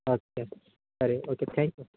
okay ಸರಿ okay thank you